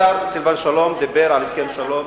השר סילבן שלום דיבר על הסכם שלום